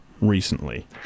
recently